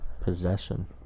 Possession